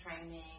training